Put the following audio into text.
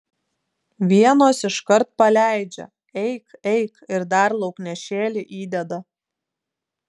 vienos iškart paleidžia eik eik ir dar lauknešėlį įdeda